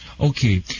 okay